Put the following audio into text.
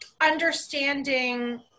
understanding